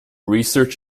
research